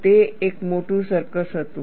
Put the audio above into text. તે એક મોટું સર્કસ હતું